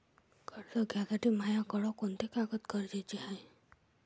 कर्ज घ्यासाठी मायाकडं कोंते कागद गरजेचे हाय?